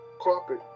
carpet